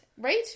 Right